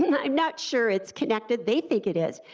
and i'm not sure it's connected, they think it is,